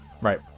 Right